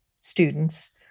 students